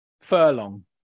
Furlong